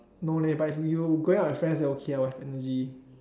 no leh but if you going out with friends then okay